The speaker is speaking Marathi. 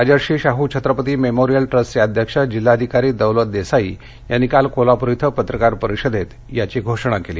राजर्षि शाहू छत्रपती मेमोरियल ट्रस्टचे अध्यक्ष जिल्हाधिकारी दौलत देसाई यांनी काल कोल्हापूरमध्ये पत्रकार परिषदेत याबाबत घोषणा केली